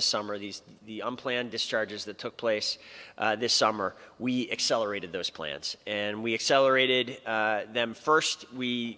the summer these unplanned discharges that took place this summer we accelerated those plants and we accelerated them first we